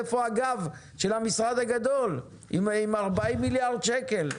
איפה הגב של המשרד הגדול, עם ארבעים מיליארד שקל?